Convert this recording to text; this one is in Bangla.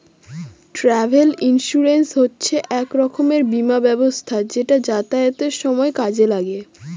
ট্রাভেল ইন্সুরেন্স হচ্ছে এক রকমের বীমা ব্যবস্থা যেটা যাতায়াতের সময় কাজে লাগে